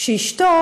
אשתו